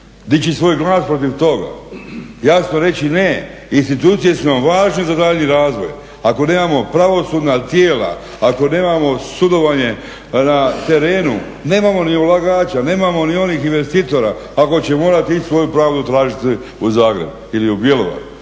dići svoj glas protiv toga, jasno reći ne, institucije su nam važne za daljnji razvoj. Ako nemamo pravosudna tijela, ako nemamo sudovanje na terenu nemamo ni ulagača, nemamo ni onih investitora ako će morati ići svoju pravdu tražiti u Zagreb ili u Bjelovar